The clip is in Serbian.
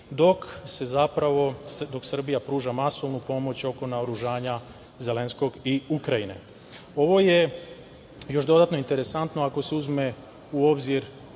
u Srbiji, dok Srbija pruža masovnu pomoć oko naoružanja Zelenskog i Ukrajine. Ovo je još dodatno interesantno ako se uzme u obzir